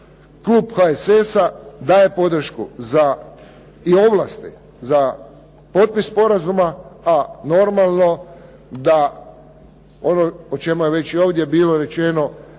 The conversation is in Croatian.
klub HSS-a daje podršku i ovlasti za potpis sporazuma, a normalno da ono o čemu je već i ovdje bilo rečeno,